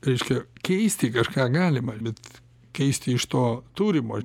ką reiškia keisti kažką galima bet keisti iš to turimo